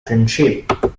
friendship